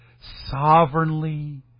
Sovereignly